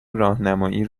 راهنمایی